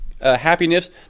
happiness